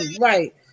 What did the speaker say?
Right